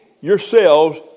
yourselves